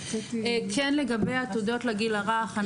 כן לגבי עתודות לגיל הרך,